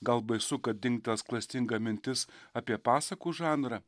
gal baisu kad dingtels klastinga mintis apie pasakų žanrą